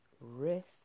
risk